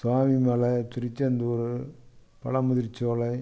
Swamimalai Tiruchendur Pazhamudircholai